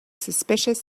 suspicious